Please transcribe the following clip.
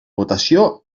votació